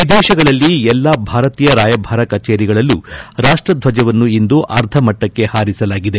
ವಿದೇಶಗಳಲ್ಲಿ ಎಲ್ಲಾ ಭಾರತೀಯ ರಾಯಭಾರ ಕಚೇರಿಗಳಲ್ಲೂ ರಾಷ್ಪದ್ವಜವನ್ನು ಇಂದು ಅರ್ಧಮಟ್ಟಕ್ಕೆ ಹಾರಿಸಲಾಗಿದೆ